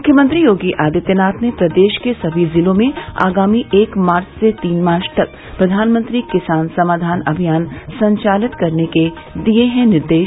मुख्यमंत्री योगी आदित्यनाथ ने प्रदेश के सभी जिलों में आगामी एक मार्च से तीन मार्च तक प्रषानमंत्री किसान समाधान अभियान संचालित करने के दिए हैं निर्देश